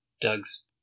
doug's